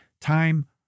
time